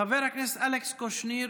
חבר הכנסת אלכס קושניר,